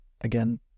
again